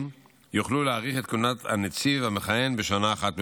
יוכלו להאריך את כהונת הנציב המכהן בשנה אחת בלבד.